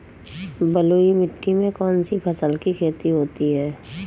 बलुई मिट्टी में कौनसी फसल की खेती होती है?